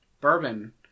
bourbon